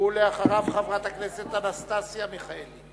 חברת הכנסת אנסטסיה מיכאלי.